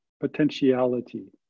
potentiality